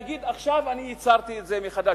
ולהגיד: עכשיו אני ייצרתי את זה מחדש.